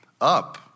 Up